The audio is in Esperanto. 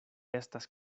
estas